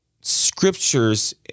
scriptures